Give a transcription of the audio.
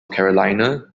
carolina